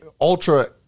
ultra